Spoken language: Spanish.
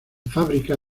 fábrica